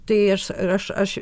tai aš ir aš aš